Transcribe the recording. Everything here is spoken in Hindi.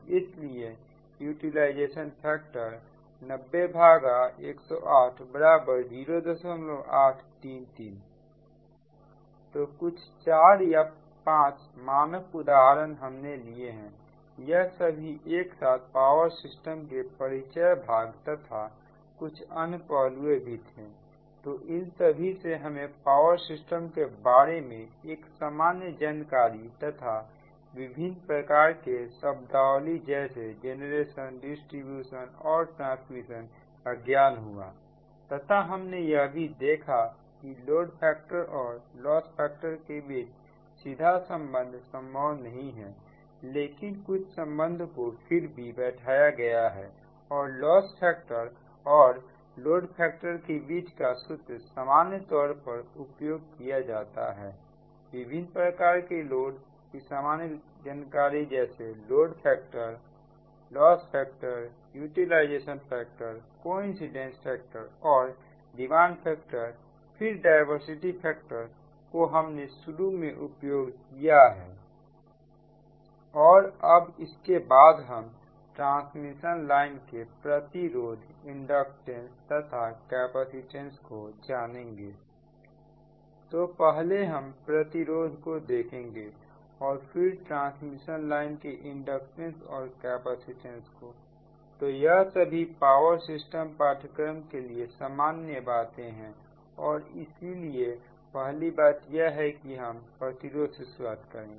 इसलिए यूटिलाइजेशन फैक्टर 901080833 तो कुछ चार या पांच मानक उदाहरण हमने लिए हैं यह सभी एक साथ पावर सिस्टम के परिचय भाग तथा कुछ अन्य पहलू भी थे तो इन सभी से हमें पावर सिस्टम के बारे में एक सामान्य जानकारी तथा विभिन्न प्रकार के शब्दावली जैसे जनरेशन डिस्ट्रीब्यूशन और ट्रांसमिशन का ज्ञान हुआ तथा हमने यह भी देखा कि लोड फैक्टर और लॉस फैक्टर के बीच सीधा संबंध संभव नहीं है लेकिन कुछ संबंध को फिर भी बैठाया गया है और लॉस फैक्टर और लोड फैक्टर के बीच का सूत्र सामान्य तौर पर उपयोग किया जाता हैऔर विभिन्न प्रकार के लोड की सामान्य जानकारी जैसे load factor lost factor utilization factor coincidence factor और डिमांड फैक्टर फिर डायवर्सिटी फैक्टर को हमने शुरू में उपयोग किया और अब इसके बाद हम ट्रांसमिशन लाइन के प्रतिरोध इंडक्टेंस तथा कैपेसिटेंस को जानेंगे तो पहले हम प्रतिरोध को देखेंगे और फिर ट्रांसमिशन लाइन के इंडक्टेंस और कैपेसिटेंस को तो यह सभी पावर सिस्टम पाठ्यक्रम के लिए सामान्य बातें हैं और इसलिए पहली बात यह है कि हम प्रतिरोध से शुरुआत करेंगे